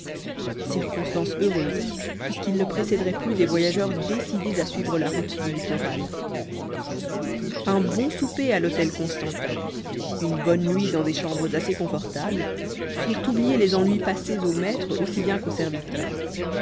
circonstance heureuse puisqu'il ne précéderait plus des voyageurs décidés à suivre la route du littoral un bon souper à l'hôtel constantin une bonne nuit dans des chambres assez confortables firent oublier les ennuis passés aux maîtres aussi bien qu'aux serviteurs